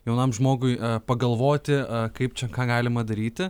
jaunam žmogui pagalvoti kaip čia ką galima daryti